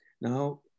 Now